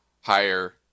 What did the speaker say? higher